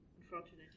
unfortunately